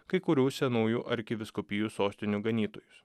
kai kurių senųjų arkivyskupijų sostinių ganytojus